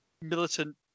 militant